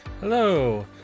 Hello